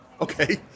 Okay